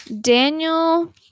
Daniel